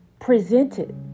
presented